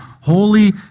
holy